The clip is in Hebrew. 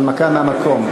הנמקה מהמקום.